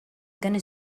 gonna